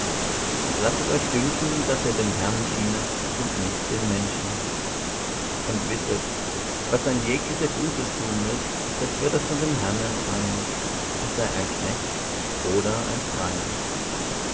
lasset euch dünken daß ihr dem herrn dienet und nicht den menschen und wisset was ein jeglicher gutes tun wird das wird er von dem herrn empfangen er sei ein knecht oder ein freier